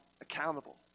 accountable